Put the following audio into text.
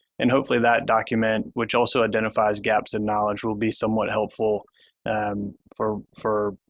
and hopefully that document, which also identified gaps in knowledge, will be somewhat helpful for for